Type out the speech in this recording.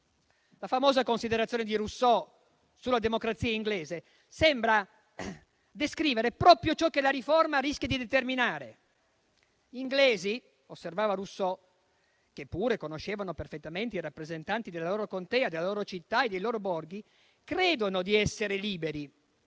La famosa considerazione di Rousseau sulla democrazia inglese sembra descrivere proprio ciò che la riforma rischia di determinare. Gli inglesi - osservava Rousseau - che pure conoscono perfettamente i rappresentanti della loro contea, della loro città e dei loro borghi, credono di essere liberi.